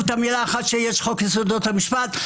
חוק יסודות המשפט,